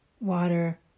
water